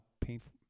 painful